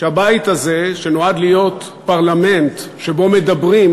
שהבית הזה, שנועד להיות פרלמנט שבו מדברים,